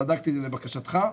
בדקתי את זה לבקשתך,